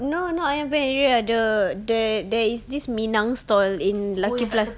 no not ayam merah the there there is this minang store in lucky plaz~